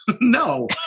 No